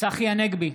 צחי הנגבי,